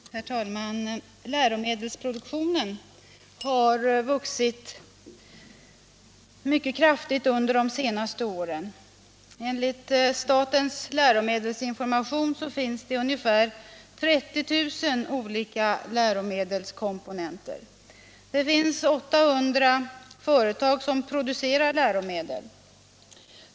Herr talman! Läromedelsproduktionen har vuxit mycket kraftigt under de senaste åren. Enligt statens läromedelsinformation finns det ungefär 30 000 olika läromedelskomponenter. Det finns 800 företag som producerar läromedel.